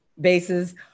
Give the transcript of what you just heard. bases